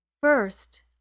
First